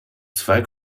zwei